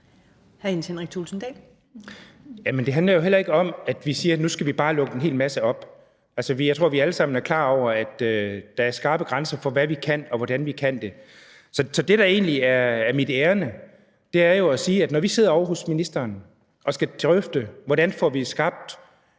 det handler heller ikke om, at vi siger, at nu skal vi bare lukke en hel masse op. Jeg tror, at vi alle sammen er klar over, at der er skarpe grænser for, hvad vi kan, og hvordan vi kan det. Så det, der egentlig er mit ærinde, er jo at sige, at når vi sidder ovre hos ministeren og skal drøfte, hvordan vi får skabt